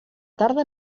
tarda